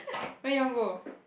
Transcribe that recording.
where you want go